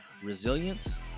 resilience